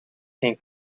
geen